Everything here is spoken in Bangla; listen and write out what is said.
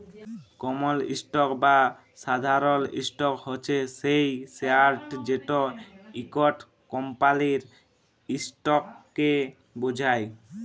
কমল ইসটক বা সাধারল ইসটক হছে সেই শেয়ারট যেট ইকট কমপালির ইসটককে বুঝায়